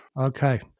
Okay